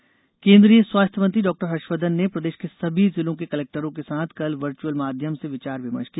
Harshvardhan Covid केन्द्रीय स्वास्थ्य मंत्री डॉ हर्षवर्धन ने प्रदेश के सभी जिलों के कलेक्टरों के साथ कल वर्चअल माध्यम से विचार विमर्श किया